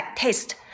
taste